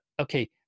okay